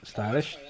Stylish